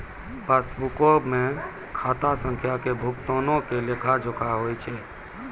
पासबुको मे खाता संख्या से भुगतानो के लेखा जोखा होय छै